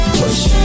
push